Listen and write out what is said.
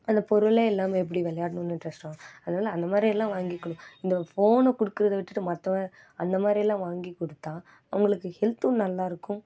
அந்த பொருளே இல்லாமல் எப்படி விளையாட்ணுன்னு இன்ட்ரெஸ்ட் வரும் அதனால அந்தமாதிரி எல்லாம் வாங்கி குடுக் இந்த ஃபோனை கொடுக்குறத விட்டுட்டு மற்ற அந்த மாதிரில்லாம் வாங்கி கொடுத்தா அவங்களுக்கு ஹெல்த்தும் நல்லா இருக்கும்